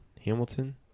Hamilton